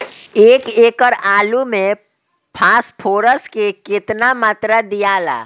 एक एकड़ आलू मे फास्फोरस के केतना मात्रा दियाला?